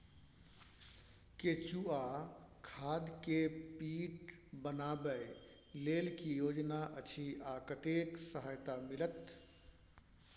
केचुआ खाद के पीट बनाबै लेल की योजना अछि आ कतेक सहायता मिलत?